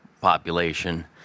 population